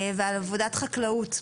ועבודת חקלאות.